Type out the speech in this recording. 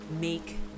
make